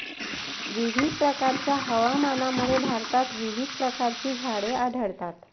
विविध प्रकारच्या हवामानामुळे भारतात विविध प्रकारची झाडे आढळतात